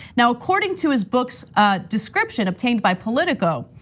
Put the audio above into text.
now according to his book's description obtained by politico,